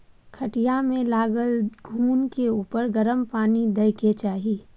खटिया मे लागल घून के उपर गरम पानि दय के चाही